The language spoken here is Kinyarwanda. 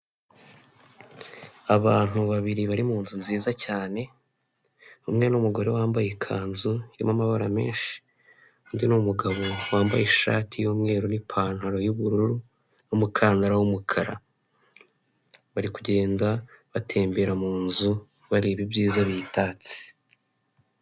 Umuhanda ukoze neza hagati harimo umurongo w'umweru wihese, umuntu uri ku kinyabiziga cy'ikinyamitende n'undi uhagaze mu kayira k'abanyamaguru mu mpande zawo hari amazu ahakikije n'ibyuma birebire biriho insinga z'amashanyarazi nyinshi.